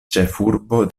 ĉefurbo